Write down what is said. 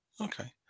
Okay